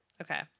Okay